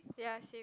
ya same